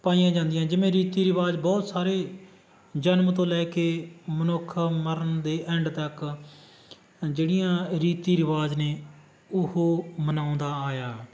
ਪਾਈਆਂ ਜਾਂਦੀਆਂ ਜਿਵੇਂ ਰੀਤੀ ਰਿਵਾਜ਼ ਬਹੁਤ ਸਾਰੇ ਜਨਮ ਤੋਂ ਲੈ ਕੇ ਮਨੁੱਖ ਮਰਨ ਦੇ ਐਂਡ ਤੱਕ ਜਿਹੜੀਆਂ ਰੀਤੀ ਰਿਵਾਜ਼ ਨੇ ਉਹ ਮਨਾਉਂਦਾ ਆਇਆ